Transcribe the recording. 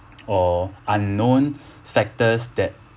or unknown factors that